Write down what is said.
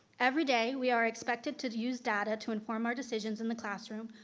every day, we are expected to to use data to inform our decisions in the classroom,